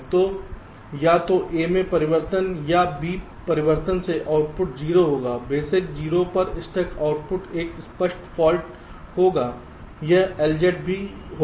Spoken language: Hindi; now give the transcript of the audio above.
तो या तो A के परिवर्तन या B परिवर्तन से आउटपुट 0 होगा बेशक 0 पर स्टक आउटपुट एक स्पष्ट फाल्ट होगा यह LZ भी होगा